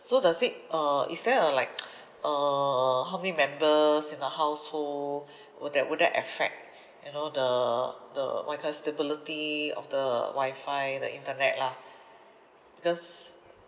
so does it uh is there a like uh how many members in a household would that would that affect you know the the what you call stability of the wi-fi the internet lah because